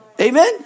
Amen